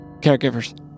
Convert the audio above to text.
caregivers